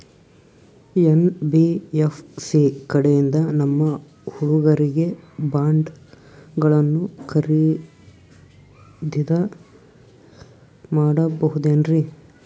NBFC ಕಡೆಯಿಂದ ನಮ್ಮ ಹುಡುಗರಿಗೆ ಬಾಂಡ್ ಗಳನ್ನು ಖರೀದಿದ ಮಾಡಬಹುದೇನ್ರಿ?